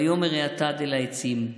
ויאמר האטד אל העצים,